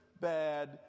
bad